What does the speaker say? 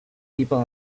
people